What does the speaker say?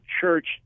Church